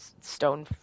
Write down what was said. Stone